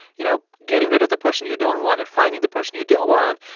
you know, getting rid of the person you don't want and finding the person you do want,